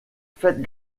faites